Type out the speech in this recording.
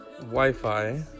Wi-Fi